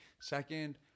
Second